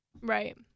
right